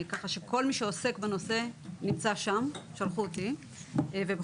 ככה שכל מי שעוסק בנושא נמצא שם, אותי שלחו לכאן.